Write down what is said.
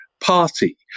party